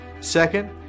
Second